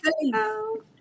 Hello